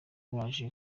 baje